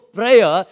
prayer